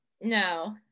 no